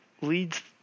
Leads